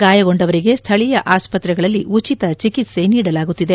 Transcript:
ಗಾಯಗೊಂಡವರಿಗೆ ಸ್ವಳೀಯ ಆಸ್ವತ್ರೆಗಳಲ್ಲಿ ಉಚಿತ ಚಿಕಿತ್ಸೆ ನೀಡಲಾಗುತ್ತಿದೆ